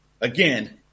Again